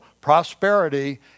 prosperity